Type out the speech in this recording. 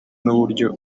n’uburyo